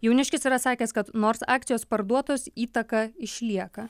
jauniškis yra sakęs kad nors akcijos parduotos įtaka išlieka